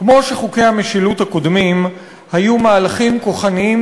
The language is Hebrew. כמו שחוקי המשילות הקודמים היו מהלכים כוחניים,